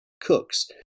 cooks